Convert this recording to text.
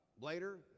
Later